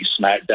SmackDown